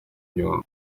inyundo